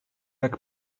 jak